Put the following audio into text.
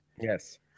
Yes